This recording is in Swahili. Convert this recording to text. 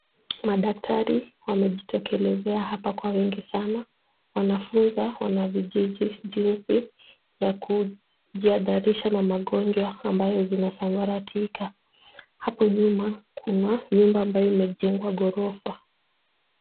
Madaktari wamejitokelezea hapa kwa wingi sana. Wanafunza wanavijiji jinsi ya kujihadharisha na magonjwa ambayo zinasambaratika. Hapo nyuma kuna nyumba ambayo imejengwa ghorofa.